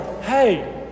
hey